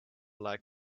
like